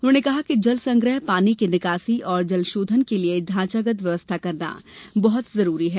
उन्होंने कहा कि जल संग्रह पानी की निकासी और जल शोधन के लिए ढांचागत व्यवस्था करना बहुत जरूरी है